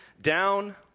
down